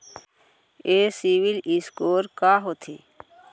ये CIBIL score का होथे?